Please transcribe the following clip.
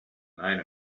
nine